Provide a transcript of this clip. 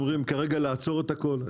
אומרים כרגע לעצור את הכול,